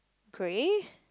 grey